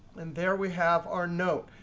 and there we have our note.